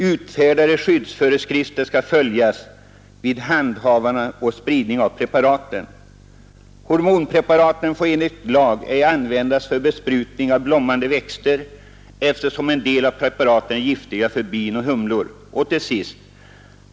Utfärdade skyddsföreskrifter skall följas vid handhavande och spridning av preparaten. Hormonpreparaten får enligt lag ej användas för besprutning av blommande växter, eftersom en del av preparaten är giftiga för bin och humlor.